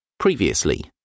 Previously